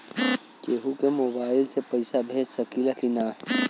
केहू के मोवाईल से भी पैसा भेज सकीला की ना?